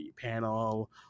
panel